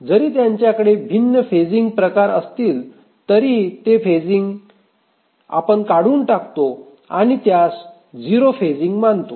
जरी त्यांच्याकडे भिन्न फेसिंगचे प्रकार असतील तरीही आम्ही ते फेजिंग काढून टाकतो आणि त्यास 0 फेजिंग मानतो